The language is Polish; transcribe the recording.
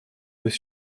bez